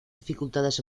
dificultades